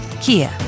Kia